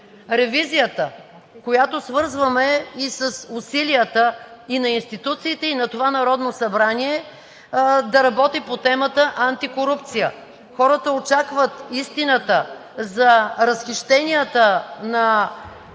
Ревизията, която свързваме с усилията и на институциите, и на това Народно събрание, е да работи по темата антикорупция – хората очакват истината за разхищенията на